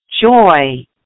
joy